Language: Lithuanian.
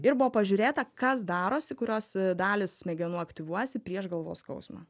ir buvo pažiūrėta kas darosi kurios dalys smegenų aktyvuojasi prieš galvos skausmą